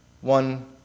one